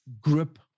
grip